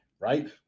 Right